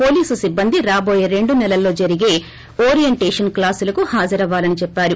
police సిబ్బంది రాబోయే రెండు నెలలో జరిగే ఓరియంటేషన్ క్లాసులకు హజారవ్వాలని చెప్పారు